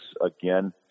again